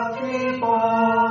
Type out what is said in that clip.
people